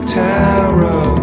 terror